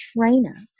trainer